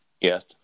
Yes